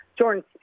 Jordan